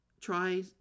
try